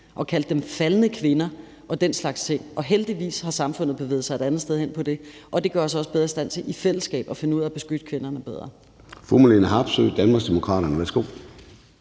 og kaldte dem faldne kvinder og den slags ting. Heldigvis har samfundet bevæget sig et andet sted hen i forhold til det, og det gør os også bedre i stand til i fællesskab at finde ud af at beskytte kvinderne bedre.